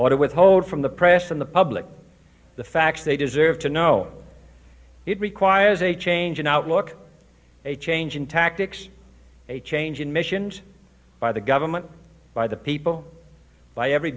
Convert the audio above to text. to withhold from the press and the public the facts they deserve to know it requires a change in outlook a change in tactics a change in missions by the government by the people by every